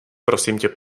prosimtě